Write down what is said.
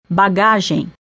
bagagem